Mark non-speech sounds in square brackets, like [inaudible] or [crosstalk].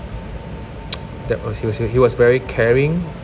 [noise] that uh he was he was very caring